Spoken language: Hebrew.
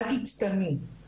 אל תצטלמי,